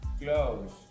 close